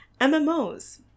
MMOs